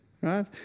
right